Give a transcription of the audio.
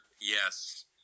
Yes